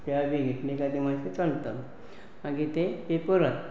च्या बी घेतली काय दी मातशें चलतात मागीर तें पेपर वाचतात